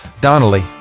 Donnelly